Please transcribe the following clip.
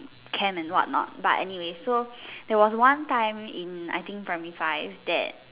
can and what not but anyways so there was one time in I think primary five that